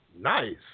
Nice